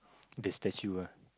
that's that's you ah